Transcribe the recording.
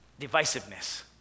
Divisiveness